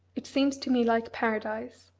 it seems to me like paradise.